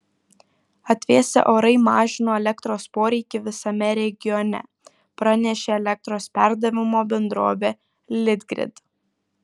atvėsę orai mažino elektros poreikį visame regione pranešė elektros perdavimo bendrovė litgrid